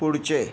पुढचे